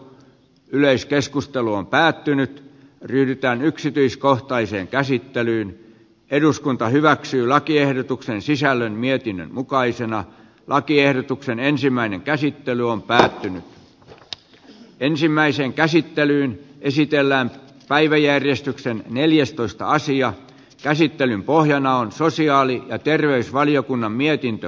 yleiskeskustelu on päättynyt hyvyyttään yksityiskohtaiseen käsittelyyn eduskunta hyväksyy lakiehdotuksen sisällön mietinnön mukaisena lakiehdotuksen ensimmäinen käsittely on päättynyt tasan ensimmäiseen käsittelyyn esitellään päiväjärjestyksen neljästoista asian käsittelyn pohjana on sosiaali ja terveysvaliokunnan mietintö